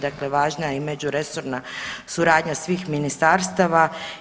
Dakle, važna je međuresorna suradnja svih ministarstava.